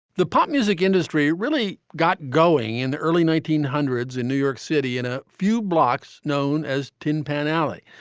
the pop music industry really got going in the early nineteen hundreds in new york city and a few blocks known as tin pan alley.